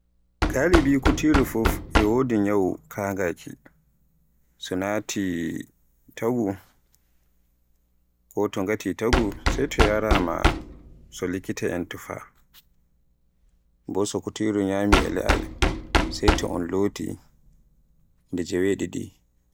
So mi fodowo wakkati yeso ba satire goo, satare goo tan lutti ko yannda mi windaata ta jarrabaaki. Mi ekkito ko haani mi ekkito satire nden ngam min mi jangowo. Mi windaay jarrrabaki, so kiyi ɗereji jarrabaaki kin sai mi warta joni mi jannga ɗun.